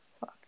fuck